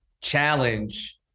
challenge